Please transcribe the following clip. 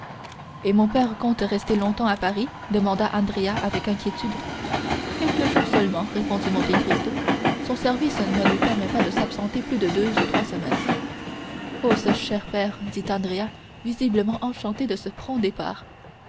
et mon père compte rester longtemps à paris demanda andrea avec inquiétude quelque jours seulement répondit monte cristo son service ne lui permet pas de s'absenter plus de deux ou trois semaines oh ce cher père dit andrea visiblement enchanté de ce prompt départ